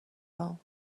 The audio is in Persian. هام